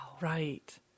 Right